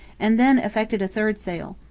and then effected a third sale,